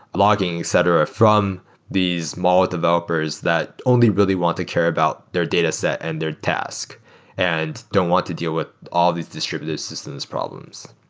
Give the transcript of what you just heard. logging, etc, from these small developers that only really want to care about their dataset and their task and don't want to deal with all these distributed system's problems.